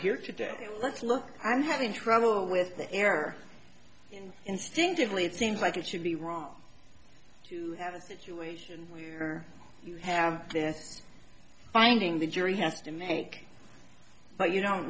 here today let's look i'm having trouble with the air and instinctively it seems like it should be wrong to have a situation where you have then finding the jury has to make but you don't